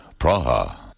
Praha